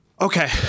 Okay